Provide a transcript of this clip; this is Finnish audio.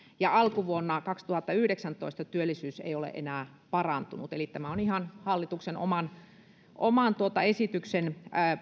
ja alkuvuonna kaksituhattayhdeksäntoista työllisyys ei ole enää parantunut tämä on ihan hallituksen oman esityksen